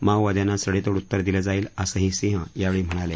माओवाद्यांना सडेतोड उत्तर दिलं जाईल असंही सिंह यावेळी म्हणाले